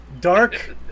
dark